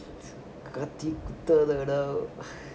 கத்தி குத்ததடா:kathi kuthatha